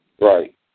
Right